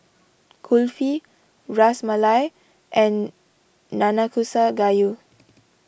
Kulfi Ras Malai and Nanakusa Gayu